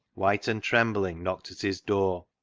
white and trembling, knocked at his door.